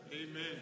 Amen